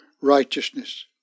righteousness